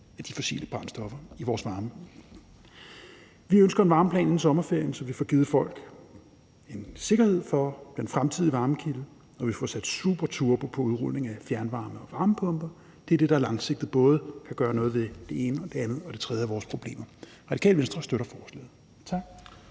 af de fossile brændstoffer i vores varme. Vi ønsker en varmeplan inden sommerferien, så vi får givet folk en sikkerhed for den fremtidige varmekilde og vi får sat superturbo på udrulningen af fjernvarme og varmepumper. Det er det, der langsigtet både kan gøre noget ved det ene og det andet og det tredje af vores problemer. Radikale Venstre støtter forslaget.